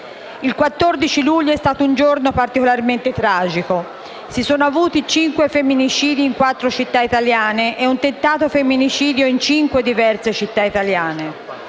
Il 14 luglio è stato un giorno particolarmente tragico: si sono avuti cinque femminicidi in quattro città italiane e un tentato femminicidio in cinque diverse città italiane.